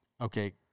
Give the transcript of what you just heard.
okay